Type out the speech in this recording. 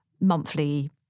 monthly